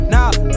Now